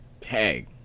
Tag